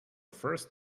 first